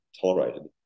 tolerated